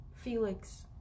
Felix